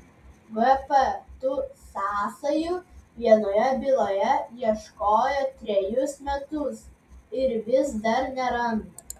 gp tų sąsajų vienoje byloje ieškojo trejus metus ir vis dar neranda